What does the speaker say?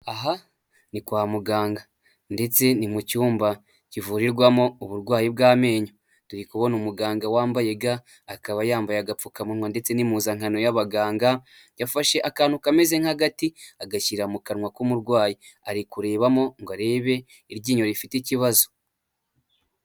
Aha ni kwa muganga ndetse ni mu cyumba kivurirwamo uburwayi bw'amenyo, turi kubona umuganga wambaye ga, akaba yambaye agapfukamunwa ndetse n'impuzankano y'abaganga , yafashe akantu kameze nk'agati agashyira mu kanwa k'umurwayi, ari kurebamo ngo arebe iryinyo rifite ikibazo.